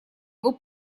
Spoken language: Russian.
его